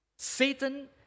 Satan